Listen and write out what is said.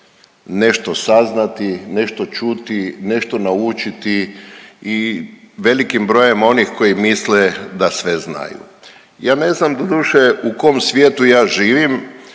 nešto saznati, nešto čuti, nešto naučiti i velikim brojem onih koji misle da sve znaju. Ja ne znam, doduše u kom svijetu ja živim,